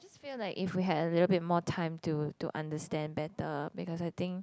just feel like if we had a little bit more time to to understand better because I think